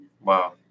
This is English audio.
Wow